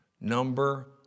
number